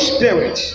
Spirit